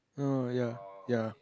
uh ya ya